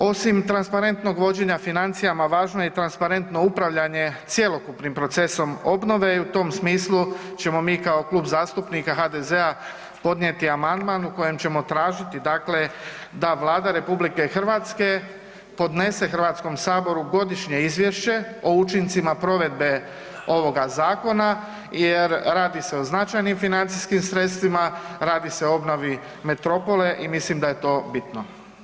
Osim transparentnog vođenja financijama važno je i transparentno upravljanje cjelokupnim procesom obnove i u tom smislu ćemo mi kao Klub zastupnika HDZ-a podnijeti amandman u kojem ćemo tražiti dakle da Vlada RH podnese Hrvatskom saboru godišnje izvješće o učincima provedbe ovoga zakona jer radi se o značajnim financijskim sredstvima, radi se o obnovi metropole i mislim da je to bitno.